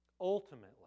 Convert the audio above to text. Ultimately